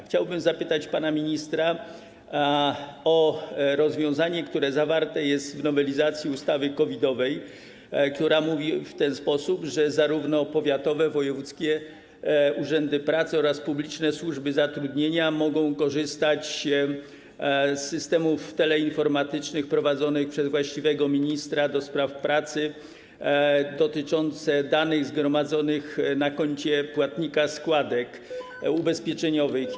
Chciałbym zapytać pana ministra o rozwiązanie, które zawarte jest w nowelizacji ustawy COVID-owej, które mówi o tym, że powiatowe, wojewódzkie urzędy pracy oraz publiczne służby zatrudnienia mogą korzystać z systemów teleinformatycznych wprowadzonych przez właściwego ministra do spraw pracy, uzyskując dostęp do danych zgromadzonych na koncie płatnika składek ubezpieczeniowych.